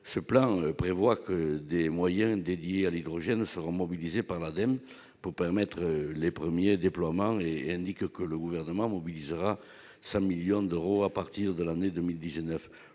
Ce plan prévoit que des moyens dédiés à l'hydrogène seront mobilisés par l'Ademe pour permettre les premiers déploiements et que le Gouvernement mobilisera 100 millions d'euros à partir de l'année 2019.